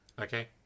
Okay